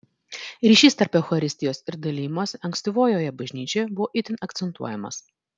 ryšys tarp eucharistijos ir dalijimosi ankstyvojoje bažnyčioje buvo itin akcentuojamas